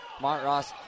Montross